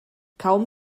kaum